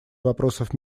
вопросов